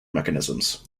mechanisms